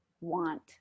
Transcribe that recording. want